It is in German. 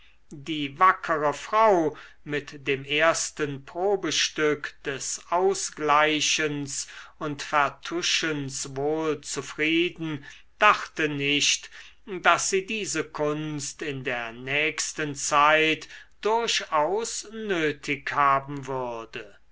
die wackere frau mit dem ersten probestück des ausgleichens und vertuschens wohl zufrieden dachte nicht daß sie diese kunst in der nächsten zeit durchaus nötig haben würde